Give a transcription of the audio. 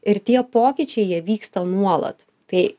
ir tie pokyčiai jie vyksta nuolat tai